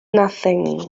nothing